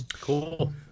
Cool